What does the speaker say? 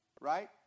right